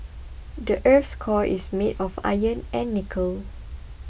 the earth's core is made of iron and nickel